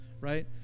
right